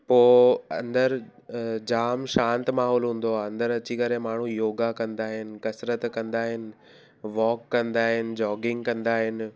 पोइ अंदरि जामु शांत माहोल हूंदो आहे अंदरि अची करे माण्हू योगा कंदा आहिनि कसरत कंदा आहिनि वॉक कंदा आहिनि जोगिंग कंदा आहिनि